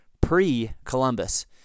pre-Columbus